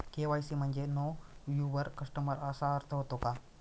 KYC म्हणजे know your customer असा अर्थ होतो का?